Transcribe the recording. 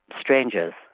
strangers